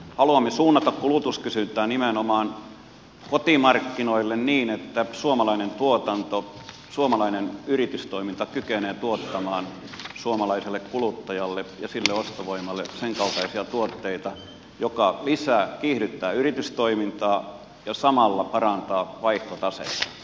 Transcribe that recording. haluamme suunnata kulutuskysyntää nimenomaan kotimarkkinoille niin että suomalainen tuotanto suomalainen yritystoiminta kykenevät tuottamaan suomalaiselle kuluttajalle ja sille ostovoimalle senkaltaisia tuotteita jotka kiihdyttävät yritystoimintaa ja samalla parantavat vaihtotasetta